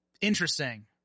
interesting